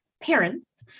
Parents